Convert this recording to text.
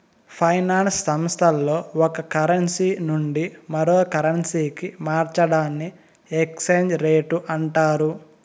finance సంస్థల్లో ఒక currency నుండి మరో కరెన్సీకి మార్చడాన్ని ఎక్స్చేంజ్ రేట్ అంటారు